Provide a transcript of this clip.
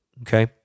Okay